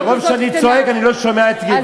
אני מרוב שאני צועק אני לא שומע את גברתי.